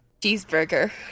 Cheeseburger